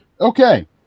okay